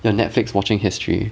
your netflix watching history